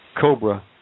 cobra